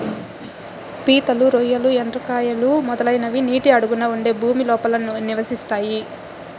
పీతలు, రొయ్యలు, ఎండ్రకాయలు, మొదలైనవి నీటి అడుగున ఉండే భూమి లోపల నివసిస్తాయి